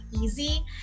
Easy